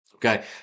Okay